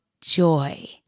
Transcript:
joy